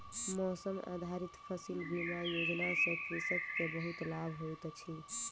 मौसम आधारित फसिल बीमा योजना सॅ कृषक के बहुत लाभ होइत अछि